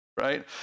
right